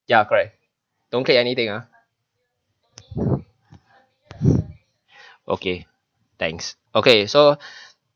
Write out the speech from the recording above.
ya correct don't get anything ah okay thanks okay so